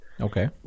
Okay